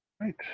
Right